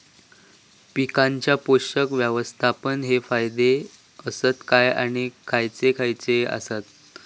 पीकांच्या पोषक व्यवस्थापन चे फायदे आसत काय आणि खैयचे खैयचे आसत?